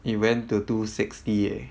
it went to two sixty eh